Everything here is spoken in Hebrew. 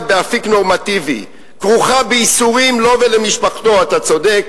באפיק נורמטיבי כרוכה בייסורים לו ולמשפחתו" אתה צודק,